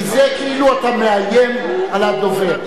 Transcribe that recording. כי זה כאילו אתה מאיים על הדובר,